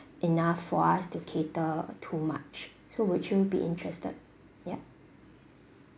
enough for us to cater too much so would you be interested yup